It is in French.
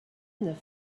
neuf